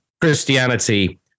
Christianity